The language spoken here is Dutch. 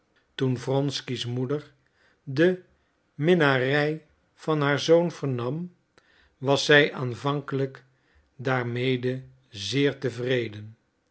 toen wronsky's moeder de minnarij van haar zoon vernam was zij aanvankelijk daarmede zeer tevreden